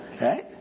Right